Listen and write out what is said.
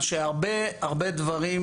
הרבה דברים,